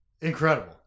incredible